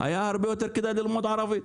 היה הרבה יותר כדאי ללמוד ערבית.